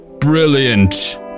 Brilliant